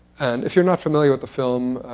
and if you're not familiar with the film,